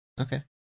Okay